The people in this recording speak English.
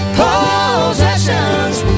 possessions